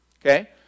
Okay